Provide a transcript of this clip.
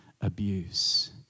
abuse